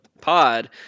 pod